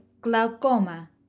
glaucoma